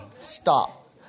Stop